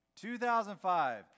2005